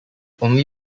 only